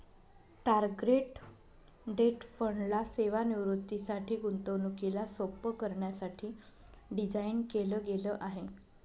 target date fund ला सेवानिवृत्तीसाठी, गुंतवणुकीला सोप्प करण्यासाठी डिझाईन केल गेल आहे